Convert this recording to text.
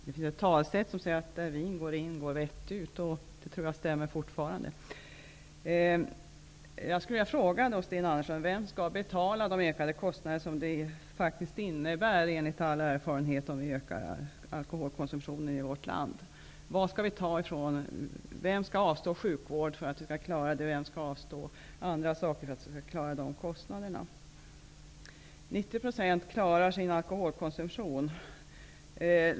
Herr talman! Det finns ett talesätt som säger att där vinet går in, går vettet ut. Det stämmer fortfarande. Vem skall betala de ökade kostnader, Sten Andersson i Malmö, som all erfarenhet i vårt land visar att det blir av ökad konsumtion? Var skall vi få pengarna från? Vem skall avstå sjukvård, och vem skall avstå andra saker för att klara de kostnaderna? Sten Andersson hävdar att 90 % av människorna klarar av att hantera sin alkoholkonsumtion.